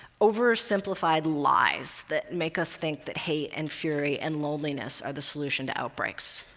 oversimplified lies that make us think that hate and fury and loneliness are the solution to outbreaks.